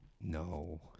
No